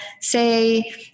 say